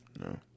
no